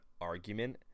argument